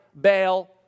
bail